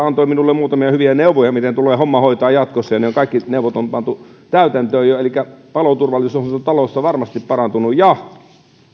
antoi minulle muutamia hyviä neuvoja miten tulee homma hoitaa jatkossa ja ne kaikki neuvot on pantu täytäntöön jo elikkä paloturvallisuus on talossa varmasti parantunut kun